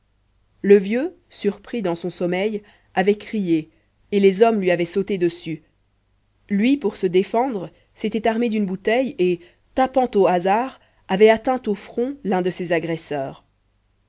le vieux surpris dans son sommeil avait crié et les hommes lui avaient sauté dessus lui pour se défendre s'était armé d'une bouteille et tapant au hasard avait atteint au front l'un de ses agresseurs